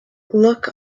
look